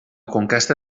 conquesta